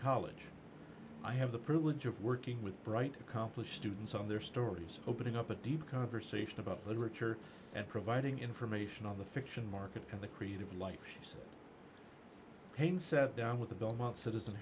college i have the privilege of working with bright accomplished students on their stories opening up a deep conversation about literature and providing information on the fiction market and the creative life hangs down with the belmont citizen